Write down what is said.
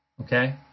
okay